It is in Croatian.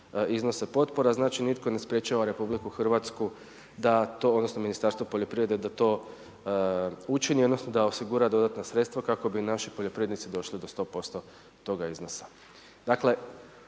iznosa potpora. Znači, nitko ne sprječava Republiku Hrvatsku da to odnosno Ministarstvo poljoprivrede da to učini odnosno da osigura dodatna sredstva kako bi naši poljoprivrednici došli do 100% toga iznosa.